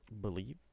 believe